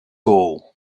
all